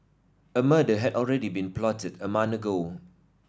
a murder had already been plotted a month ago